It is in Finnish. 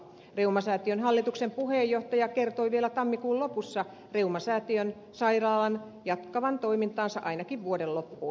reumasäätiön hallituksen puheenjohtaja kertoi vielä tammikuun lopussa reumasäätiön sairaalan jatkavan toimintaansa ainakin vuoden loppuun